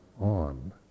on